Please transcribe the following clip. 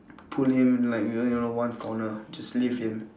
pull him like you know you know one corner just leave him